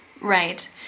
Right